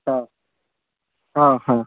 हा हां हां